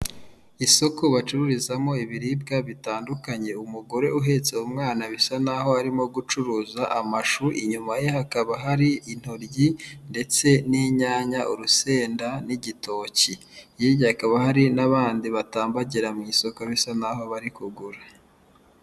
Isoko bacururizamo ibiribwa bitandukanye umugore uhetse umwana bisa n'aho arimo gucuruza amashu, inyuma ye hakaba hari intoryi ndetse n'inyanya, urusenda, n'igitoki, hirya hakaba hari n'abandi batambagira mu isoko bisa n'aho bari kugura.